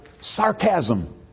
sarcasm